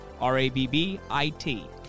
R-A-B-B-I-T